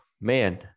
man